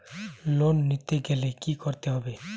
Loan নিতে গেলে কি করতে হবে?